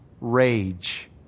rage